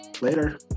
later